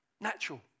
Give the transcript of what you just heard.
natural